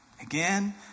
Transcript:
Again